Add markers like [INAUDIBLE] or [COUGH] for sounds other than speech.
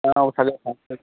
[UNINTELLIGIBLE]